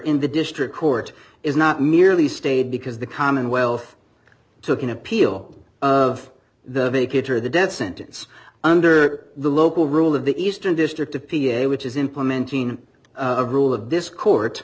in the district court is not merely stayed because the commonwealth took an appeal of the make it or the death sentence under the local rule of the eastern district of p a which is implementing a rule of this court